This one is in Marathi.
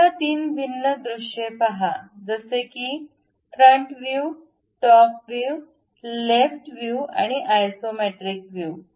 आता 3 भिन्न दृश्ये पहाजसे की front view top view left view आणि आयसोमेट्रिक व्ह्यू